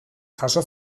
jaso